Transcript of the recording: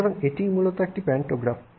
সুতরাং এটিই মূলত একটি প্যান্টোগ্রাফ